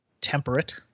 temperate